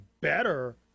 better